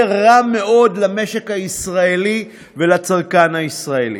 רע מאוד למשק הישראלי ולצרכן הישראלי.